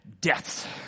Deaths